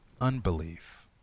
unbelief